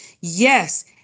Yes